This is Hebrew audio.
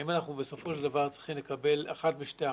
האם אנחנו בסופו של דבר צריכים לקבל אחת משתי החלטות,